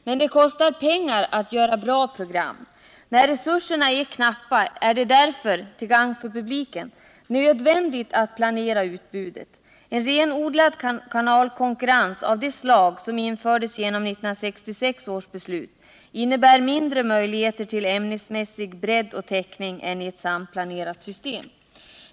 Men det kostar pengar att göra bra program. När resurserna är knappa är det därför — till gagn för publiken — nödvändigt att planera utbudet. En renodlad kanalkonkurrens av det slag som infördes genom 1966 års beslut innebär mindre möjligheter till ämnesmässig bredd och täckning än i ett samplanerat system.